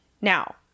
Now